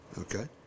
okay